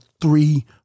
three